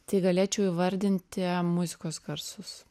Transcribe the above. tai galėčiau įvardinti muzikos garsus